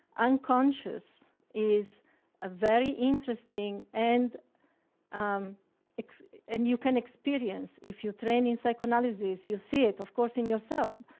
unconscious is a very interesting and um and you can experience if you train in psychoanalysis, you see it, of course, in yourself,